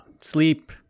sleep